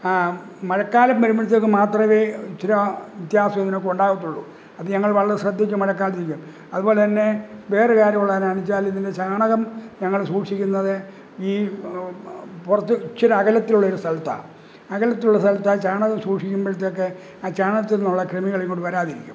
മഴക്കാലം വരുമ്പോഴത്തേക്ക് മാത്രമേ ഇച്ചിരാ വ്യത്യാസം ഇതിനൊക്കെ ഉണ്ടാകത്തുള്ളു അത് ഞങ്ങള് വളരെ ശ്രദ്ധിച്ച് മഴക്കാലത്ത് ചെയ്യും അതുപോലെ തന്നെ വേറൊരു കാര്യമുള്ളത് എന്നാന്ന് വച്ചാലിതിൻ്റെ ചാണകം ഞങ്ങള് സൂക്ഷിക്കുന്നത് ഈ പുറത്ത് ഇച്ചിര അകലത്തിലുള്ളൊരു സ്ഥലത്താണ് അകലത്തിലുള്ള സ്ഥലത്താണ് ചാണകം സൂക്ഷിക്കുമ്പോഴത്തേക്ക് ആ ചാണകത്തിൽ നിന്നുള്ള കൃമികളിങ്ങോട്ട് വരാതിരിക്കും